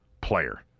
player